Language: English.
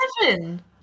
seven